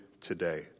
today